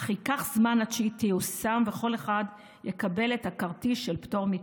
אך ייקח זמן עד שהיא תיושם ועד שכל אחד יקבל את הכרטיס של פטור מתור.